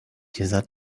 dieser